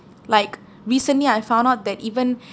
like recently I found out that even